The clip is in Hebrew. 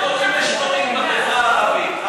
איך קוראים לשחורים בחברה הערבית?